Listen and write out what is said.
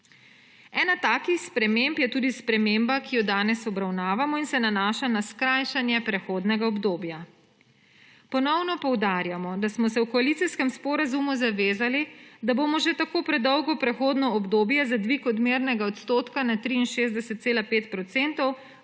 Ena takih sprememb je tudi sprememba, ki jo danes obravnavamo in se nanaša na skrajšanje prehodnega obdobja. Ponovno poudarjamo, da smo se v koalicijskem sporazumu zavezali, da bomo že tako predolgo prehodno obdobje za dvig odmernega odstotka na 63,5 procenta